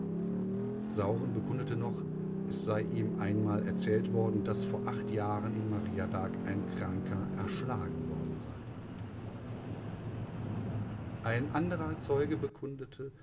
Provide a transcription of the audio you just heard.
sauren bekundete noch es sei ihm einmal erzählt worden daß vor acht jahren in mariaberg ein kranker erschlagen worden sei ein anderer zeuge bekundete